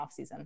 offseason